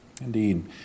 Indeed